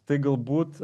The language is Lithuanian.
tai galbūt